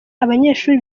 abanyeshuri